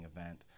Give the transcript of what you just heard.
event